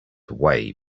away